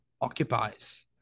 occupies